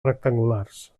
rectangulars